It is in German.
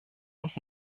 und